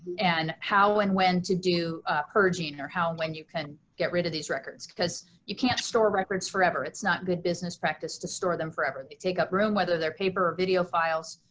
and how and when to do purging or how when you can get rid of these records because you can't store records forever, it's not good business practice to store them forever, they take up room, whether they're paper or video files.